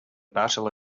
battle